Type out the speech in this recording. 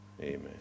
Amen